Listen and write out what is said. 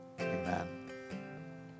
Amen